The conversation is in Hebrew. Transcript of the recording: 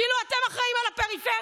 כאילו אתם אחראים לפריפריה.